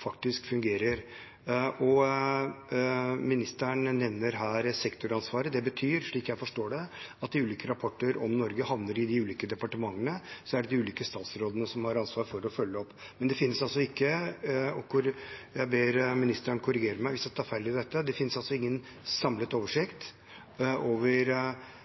faktisk fungerer. Ministeren nevner her sektoransvaret. Det betyr, slik jeg forstår det, at de ulike rapportene om Norge havner i de ulike departementene. Så er det de ulike statsrådene som har ansvar for å følge opp. Men det finnes altså ikke – og jeg ber ministeren korrigere meg hvis jeg tar feil i dette – en samlet oversikt over